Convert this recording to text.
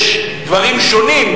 יש דברים שונים,